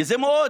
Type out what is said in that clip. כי זה מאוד